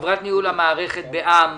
חברת ניהול המערכת בע"מ.